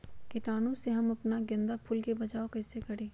कीटाणु से हम अपना गेंदा फूल के बचाओ कई से करी?